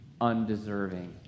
undeserving